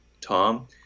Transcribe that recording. tom